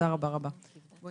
הרבה